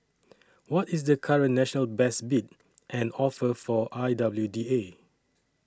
what is the current national best bid and offer for I W D A